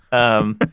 and